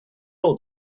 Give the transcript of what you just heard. old